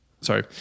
sorry